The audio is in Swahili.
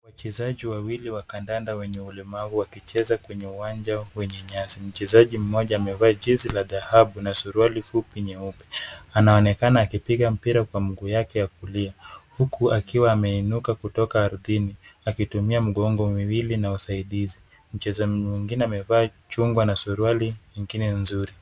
Wachezaji wawili wa kandanda wenye ulemavu wakicheza kwenye uwanja wenye nyasi. Mchezaji mmoja amevaa jezi la dhahabu na suruali fupi nyeupe. Anaonekana akipiga mpira kwa mguu wake wa kulia huku akionekana ameinuka kutoka ardhini. Akitumia magongo wawili na usaidizi. Mchezaji mwingine amevaa suruali nyingine nzuri.